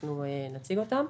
אנחנו נציג אותן.